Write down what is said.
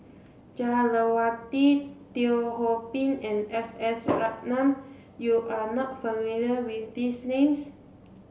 Jah Lelawati Teo Ho Pin and S S Ratnam you are not familiar with these names